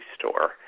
store